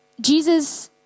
Jesus